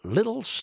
Little